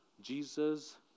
Jesus